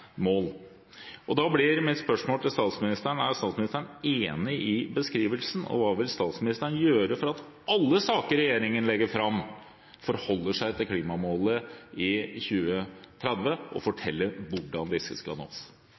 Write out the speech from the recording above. mål. Da blir mitt spørsmål til statsministeren: Er statsministeren enig i beskrivelsen, og hva vil statsministeren gjøre for at alle saker som regjeringen legger fram, forholder seg til klimamålet i 2030? Og kan hun fortelle hvordan disse skal nås?